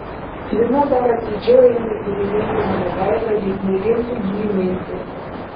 lina dar atidžiau ėmė tyrinėti mano veidą lyg mėgintų jį įminti